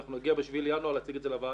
אז אנחנו נגיע ב-7 בינואר להציג את זה לוועדה.